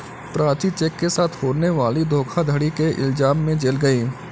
Prachi cheque के साथ होने वाली धोखाधड़ी के इल्जाम में जेल गई